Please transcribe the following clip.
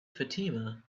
fatima